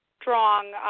strong